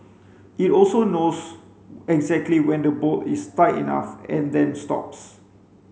it also knows exactly when the bolt is tight enough and then stops